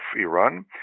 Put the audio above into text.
Iran